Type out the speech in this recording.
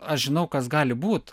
aš žinau kas gali būt